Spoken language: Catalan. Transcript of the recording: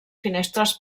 finestres